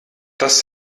das